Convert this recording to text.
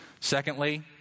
Secondly